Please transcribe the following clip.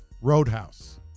Roadhouse